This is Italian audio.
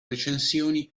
recensioni